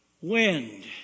Wind